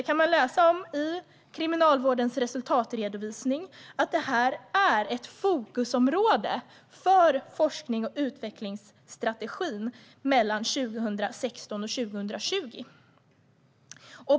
Man kan i Kriminalvårdens resultatredovisning läsa att detta är ett fokusområde för forsknings och utvecklingsstrategin för 2016-2020.